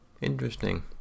Interesting